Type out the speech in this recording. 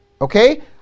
Okay